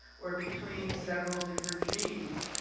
or between several different genes,